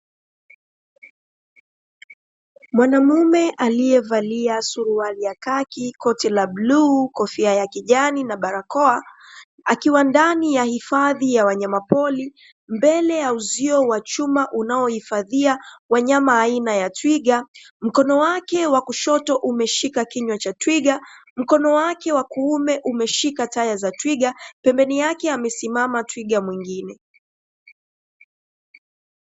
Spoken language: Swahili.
Mwanaume aliyevalia suruali ya khaki, koti la bluu, kofia ya kijani na barakoa; akiwa ndani ya hifadhi ya wanyamapori, mbele ya uzio wa chuma unaohifadhia wanyama aina ya twiga. Mkono wake wa kushoto umeshika kinywa cha twiga, mkono wake wa kuume umeshika taya za twiga, pembeni yake amesimama twiga mwingine.